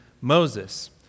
Moses